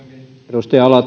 edustaja